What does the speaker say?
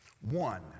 One